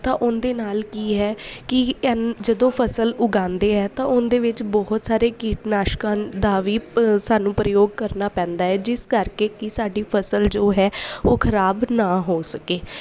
ਤਾਂ ਉਹਦੇ ਨਾਲ ਕੀ ਹੈ ਕਿ ਐਨ ਜਦੋਂ ਫਸਲ ਉਗਾਉਂਦੇ ਹੈ ਤਾਂ ਉਹਦੇ ਵਿੱਚ ਬਹੁਤ ਸਾਰੇ ਕੀਟਨਾਸ਼ਕਾਂ ਦਾ ਵੀ ਪ ਸਾਨੂੰ ਪ੍ਰਯੋਗ ਕਰਨਾ ਪੈਂਦਾ ਹੈ ਜਿਸ ਕਰਕੇ ਕਿ ਸਾਡੀ ਫਸਲ ਜੋ ਹੈ ਉਹ ਖਰਾਬ ਨਾ ਹੋ ਸਕੇ